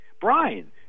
Brian